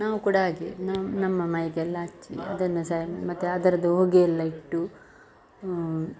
ನಾವು ಕೂಡ ಹಾಗೆ ನಮ್ಮ ನಮ್ಮ ಮೈಗೆಲ್ಲ ಹಚ್ಚಿ ಅದನ್ನು ಸಹ ಮತ್ತೆ ಅದರದ್ದು ಹೊಗೆಯೆಲ್ಲ ಇಟ್ಟು